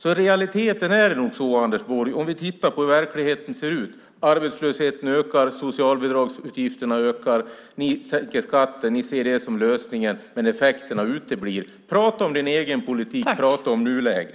I realiteten är det nog så, Anders Borg, om vi tittar på hur verkligheten ser ut att arbetslösheten ökar och socialbidragsutgifterna ökar. Ni sänker skatten och ser det som lösningen, men effekterna uteblir. Prata om din egen politik! Prata om nuläget!